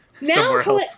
Now